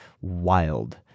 wild